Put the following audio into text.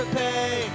pay